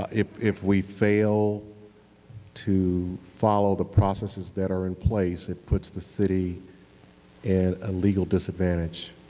ah if if we fail to follow the processes that are in place, it puts the city at a legal disadvantage.